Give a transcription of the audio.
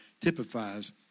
typifies